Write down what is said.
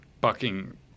bucking